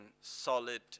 solid